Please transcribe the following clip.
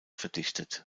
verdichtet